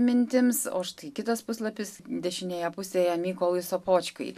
mintims o štai kitas puslapis dešinėje pusėje mykolui sopočkai